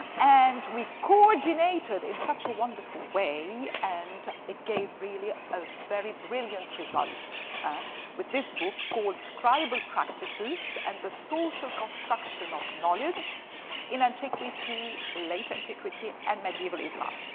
and we coordinated in such a wonderful way, and it gave really a very brilliant result with this book called scribe of practices and the social construction of knowledge in antiquity, late antiquity, and medieval islam.